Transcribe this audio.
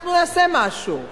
אנחנו נעשה משהו.